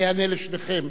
אני אענה לשניכם.